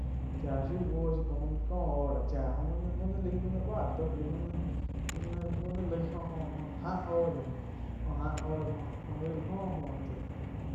Chá shiu buoh shiu có hora cha jo mu ni laih muh mu ni báh tau de mu nih, mu ni laig jo áh óh- jo áh óh déh jo aig la oh muoh tsá.